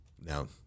Now